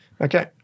Okay